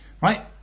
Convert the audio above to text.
right